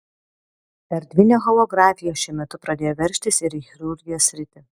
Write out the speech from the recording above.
erdvinė holografija šiuo metu pradėjo veržtis ir į chirurgijos sritį